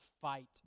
fight